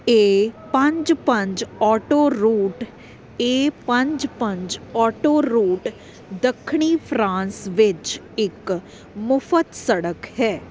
ਏ ਪੰਜ ਪੰਜ autoroute A ਪੰਜ ਪੰਜ ਆਟੋਰੂਟ ਦੱਖਣੀ ਫਰਾਂਸ ਵਿੱਚ ਇੱਕ ਮੁਫ਼ਤ ਸੜਕ ਹੈ